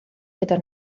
gyda